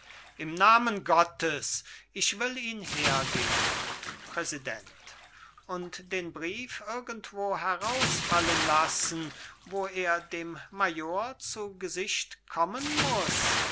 im namen gottes ich will ihn hergeben präsident und den brief irgendwo herausfallen lassen wo er dem major zu gesicht kommen muß